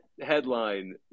headline